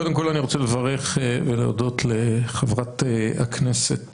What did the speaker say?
קודם כל אני רוצה לברך ולהודות לחברת הכנסת